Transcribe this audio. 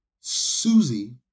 Susie